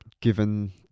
given